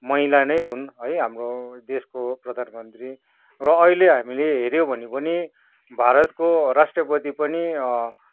महिला नै हुन् है हाम्रो देशको प्रधानमन्त्री र अहिले हामीले हेऱ्यौँ भने पनि भारतको राष्ट्रपति पनि